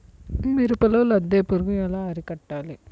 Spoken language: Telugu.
మిరపలో లద్దె పురుగు ఎలా అరికట్టాలి?